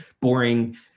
boring